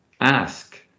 ask